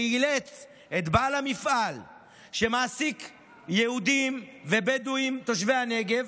שאילץ בעל מפעל שמעסיק יהודים ובדואים תושבי הנגב,